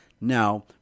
Now